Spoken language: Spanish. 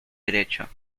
derecho